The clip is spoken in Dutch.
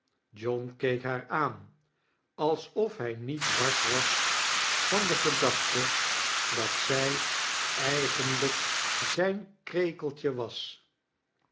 john keek haar aan alsof hij niet wars was van de gedacote dat z ij eigenlijk zijn krekeltje was